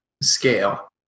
scale